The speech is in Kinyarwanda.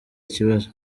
ikibazo